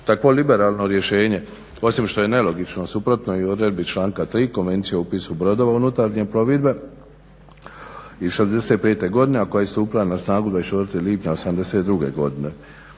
Takvo liberalno rješenje, osim što je nelogično, suprotno je i odredbi članka 3. Konvencije o upisu brodova unutarnje plovidbe iz 65. godine a koja je stupila na snagu 24. lipnja 82. godine.